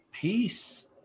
peace